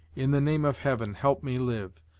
in the name of heaven, help me live!